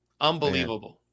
unbelievable